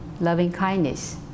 loving-kindness